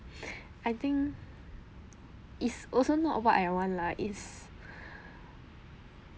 I think it's also not what I want lah is